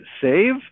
save